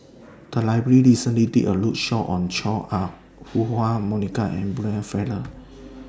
The Library recently did A roadshow on Chua Ah Huwa Monica and Brian Farrell